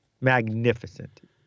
magnificent